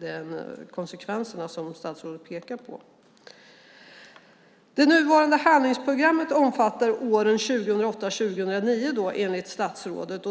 de konsekvenser som statsrådet pekar på. Det nuvarande handlingsprogrammet omfattar åren 2008-2009, enligt statsrådet.